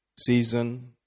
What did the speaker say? season